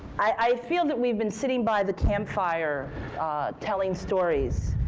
i feel that we've been sitting by the campfire telling stories,